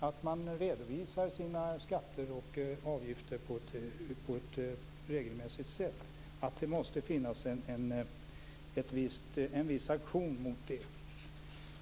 Det måste finnas en viss aktion mot att man inte redovisar sina skatter och avgifter på ett regelmässigt sätt.